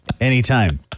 anytime